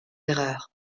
erreur